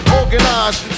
organized